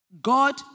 God